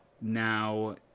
now